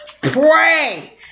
Pray